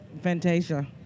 Fantasia